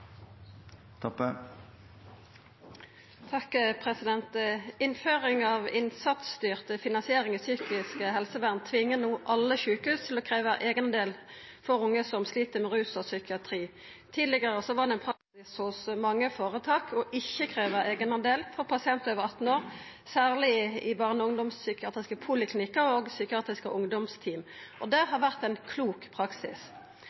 av innsatsstyrt finansiering i psykisk helsevern tvingar no alle sjukehus til å krevja eigendel av unge som slit med rus og psykiatri. Tidlegare var det praksis hos mange føretak ikkje å krevja eigendel av pasientar over 18 år, særleg i barne- og ungdomspsykiatriske poliklinikkar og psykiatriske ungdomsteam. Det har vore ein klok praksis.